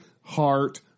heart